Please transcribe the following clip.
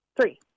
Three